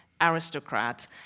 aristocrat